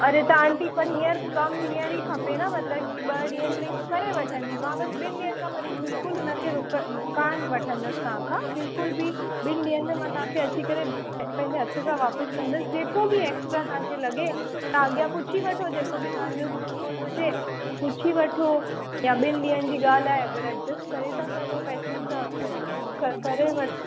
अड़े त आंटी पर हींअर कमु हींअर ई खपे न मतलबु ॿ ॾींहंनि में हू करे वठंदी मां बसि ॿिनि ॾींहंनि खां मथे बिल्कुलु हुनखे रुक कान वठंदसि तव्हांखां बिल्कुलु बि ॿिनि ॾींहंनि में मां तव्हांखे अची करे पंहिंजे हथ सां वापसि कंदसि जेको बि एक्स्ट्रा तव्हांखे लॻे तव्हां अॻियां पुछी वठो जेको बि तव्हांजो रुल वुल हुजे पुछी वठो या ॿिनि ॾींहंनि जी ॻाल्हि आहे अगरि एडजस्ट करे था सघो पैसनि सां त ॾेई क करे वठो